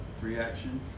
reaction